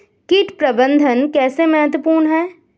कीट प्रबंधन कैसे महत्वपूर्ण है?